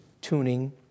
tuning